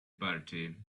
party